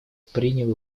принял